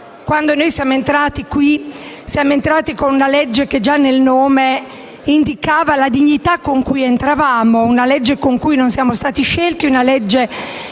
quando noi siamo entrati in Senato, siamo entrati con una legge che già nel nome indicava la dignità con cui entravamo, una legge con cui non siamo stati scelti e che